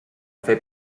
fer